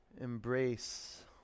embrace